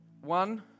one